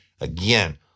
Again